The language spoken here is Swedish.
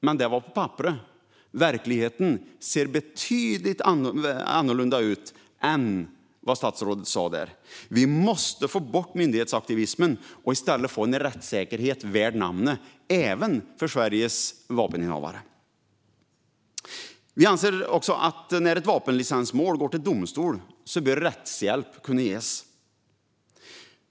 Men det var på papperet. Verkligheten ser betydligt mer annorlunda ut än vad statsrådet sa. Vi måste få bort myndighetsaktivismen och i stället få en rättssäkerhet värd namnet även för Sveriges vapeninnehavare. Vi anser också att när ett vapenlicensmål går till domstol bör rättshjälp kunna ges.